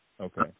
Okay